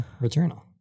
Returnal